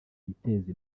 biteze